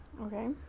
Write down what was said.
Okay